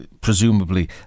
presumably